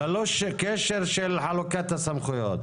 ללא קשר של חלוקת הסמכויות?